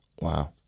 Wow